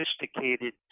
sophisticated